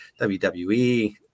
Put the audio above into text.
WWE